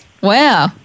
Wow